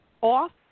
off